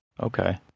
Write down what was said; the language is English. Okay